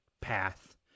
path